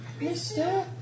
mister